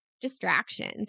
distractions